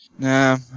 Nah